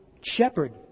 shepherd